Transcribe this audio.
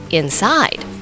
inside